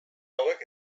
hauek